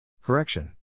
Correction